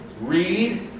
read